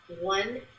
One